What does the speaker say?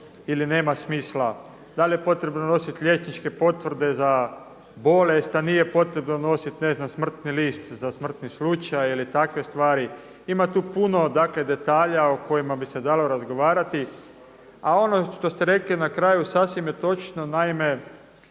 ili nema smisla, da li je potrebno nositi liječničke potvrde za bolest, a nije potrebno nositi ne znam smrtni list za smrtni slučaj ili takve stvari, ima tu puno detalja o kojima bi se dalo razgovarati. A ono što ste rekli na kraju sasvim je točno, naime